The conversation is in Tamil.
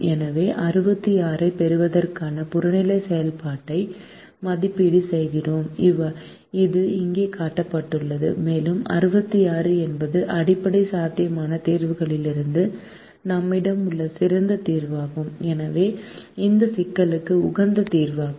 எனவே 66 ஐப் பெறுவதற்கான புறநிலை செயல்பாட்டை மதிப்பீடு செய்கிறோம் இது இங்கே காட்டப்பட்டுள்ளது மேலும் 66 என்பது அடிப்படை சாத்தியமான தீர்வுகளிலிருந்து நம்மிடம் உள்ள சிறந்த தீர்வாகும் எனவே இந்த சிக்கலுக்கு உகந்த தீர்வாகும்